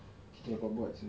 kita nak buat buat seh